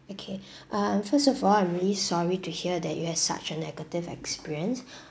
okay um first of all I'm really sorry to hear that you have such a negative experience